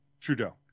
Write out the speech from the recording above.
Trudeau